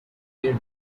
their